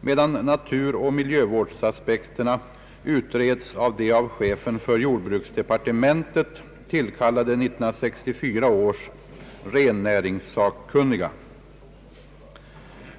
medan naturoch miljövårdsaspekterna utreds av de av chefen för jordbruksdepartementet tillkallade 1964 års rennäringssakkunniga.